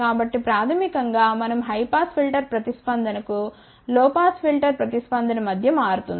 కాబట్టి ప్రాథమికం గా మనం హై పాస్ ఫిల్టర్ ప్రతిస్పందన కు లో పాస్ ఫిల్టర్ ప్రతిస్పందన మధ్య మారుతుంది